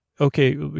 Okay